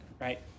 right